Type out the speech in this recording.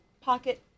pocket